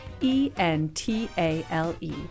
E-N-T-A-L-E